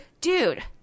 dude